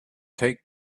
take